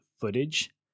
footage